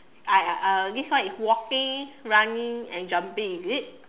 I I uh this one is walking running and jumping is it